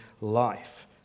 life